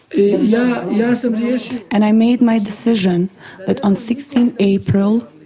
yeah yeah and i made my decision that on sixteen april,